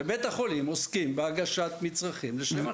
בבית החולים עוסקים בהגשת מצרכים לשם אכילה.